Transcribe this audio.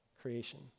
creation